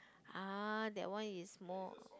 ah that one is more